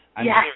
Yes